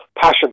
passion